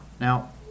Now